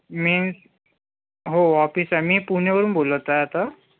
means हो office आहे मी पुण्यावरून बोलत आहे आता